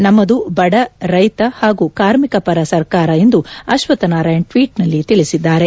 ನಮ್ದು ಬಡ ರೈತ ಹಾಗೂ ಕಾರ್ಮಿಕ ಪರ ಸರ್ಕಾರ ಎಂದು ಅಶ್ವತ್ ನಾರಾಯಣ್ ಟ್ವೀಟ್ ನಲ್ಲಿ ತಿಳಿಸಿದ್ದಾರೆ